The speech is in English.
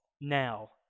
now